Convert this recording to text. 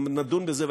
ונדון בזה,